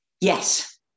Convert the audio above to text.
Yes